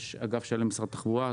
יש אגף שלם במשרד התחבורה,